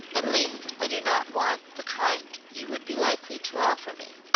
at least i do not want the kind you would be likely to offer me.